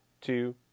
two